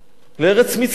לארץ מצרים,